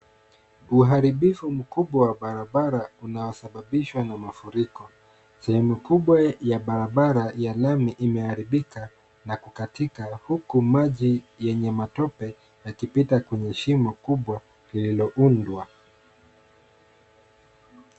Uharibifu mkubwa wa barabara unasababishwa na mafuriko. Sehemu kubwa ya barabara ya lami imeharibika na kukatika maji yenye matope kwenye shimo kubwa lililoundwa.